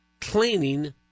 cleaning